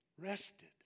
rested